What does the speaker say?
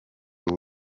w’u